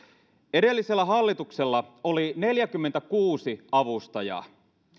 edellisellä hallituksella oli neljäkymmentäkuusi avustajaa